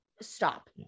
stop